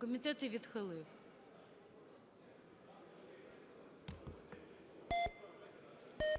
Комітет її відхилив.